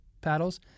paddles